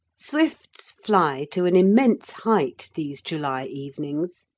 swifts fly to an immense height these july evenings,